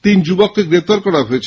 তিন যুবককে গ্রেপ্তার করা হয়েছে